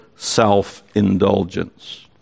Self-indulgence